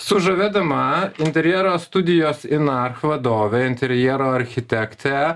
su žavia dama interjero studijos in arch vadovė interjero architektė